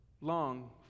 long